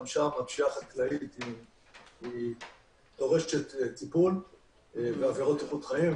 שם הפשיעה החקלאית דורשת טיפול ועבירות איכות חיים,